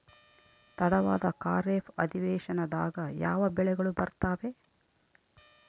ತಡವಾದ ಖಾರೇಫ್ ಅಧಿವೇಶನದಾಗ ಯಾವ ಬೆಳೆಗಳು ಬರ್ತಾವೆ?